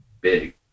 big